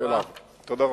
תודה רבה.